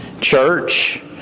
church